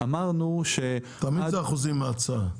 זה תמיד אחוזים מההצעה.